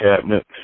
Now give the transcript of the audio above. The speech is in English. cabinet